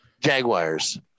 jaguars